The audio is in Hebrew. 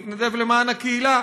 מתנדב למען הקהילה,